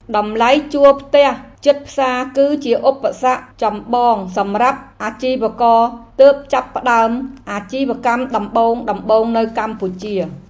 តម្លៃជួលផ្ទះជិតផ្សារគឺជាឧបសគ្គចម្បងសម្រាប់អាជីវករទើបចាប់ផ្តើមអាជីវកម្មដំបូងៗនៅកម្ពុជា។